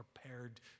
prepared